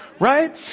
Right